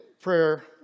prayer